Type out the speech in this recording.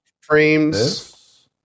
frames